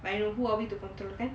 but you know who are we to control kan